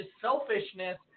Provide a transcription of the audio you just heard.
selfishness